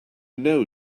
know